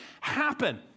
happen